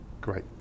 Great